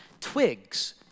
twigs